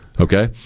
Okay